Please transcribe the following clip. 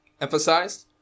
emphasized